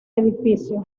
edificio